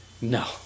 No